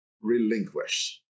relinquish